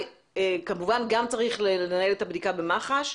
כמובן גם צריך לנהל את הבדיקה במח"ש,